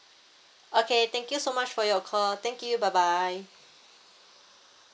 okay thank you so much for your call thank you bye bye